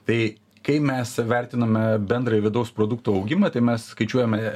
tai kai mes vertinome bendrąjį vidaus produkto augimą tai mes skaičiuojame